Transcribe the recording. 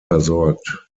versorgt